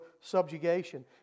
subjugation